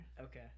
Okay